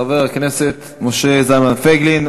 חבר הכנסת משה זלמן פייגלין,